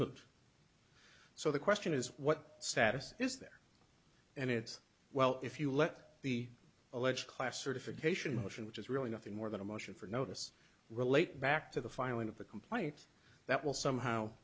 moved so the question is what status is there and it's well if you let the alleged class certification which in which is really nothing more than a motion for notice relate back to the filing of the complaint that will somehow